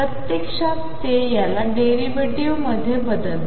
प्रत्यक्षात ते याला डेरीवेटीव्ह मध्ये बदलते